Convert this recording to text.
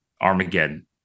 Armageddon